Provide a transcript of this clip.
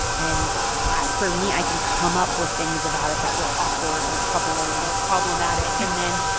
and ah for me, i can come up with things about it that were awkward or troubling or problematic and then,